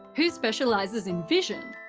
who specializes in vision.